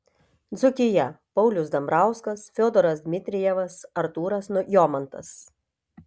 dzūkija paulius dambrauskas fiodoras dmitrijevas artūras jomantas